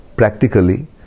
practically